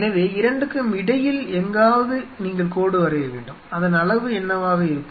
எனவே இரண்டுக்கும் இடையில் எங்காவது நீங்கள் கோடு வரைய வேண்டும் அதன் அளவு என்னவாக இருக்கும்